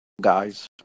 guys